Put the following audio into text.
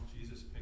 Jesus